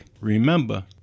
Remember